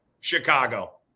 Chicago